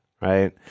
Right